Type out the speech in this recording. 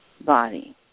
body